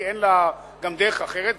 כי אין לה גם דרך אחרת.